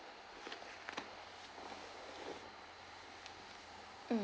mm